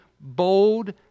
bold